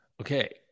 Okay